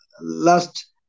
last